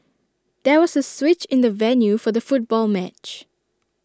there was A switch in the venue for the football match